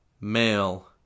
male